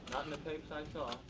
in the tapes i saw.